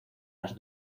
las